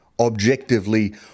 objectively